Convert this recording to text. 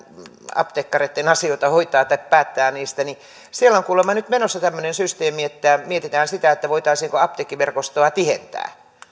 apteekkareitten asioita hoitaa tai päättää niistä ja siellä on kuulemma nyt menossa tämmöinen systeemi että mietitään sitä voitaisiinko apteekkiverkostoa tihentää